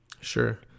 Sure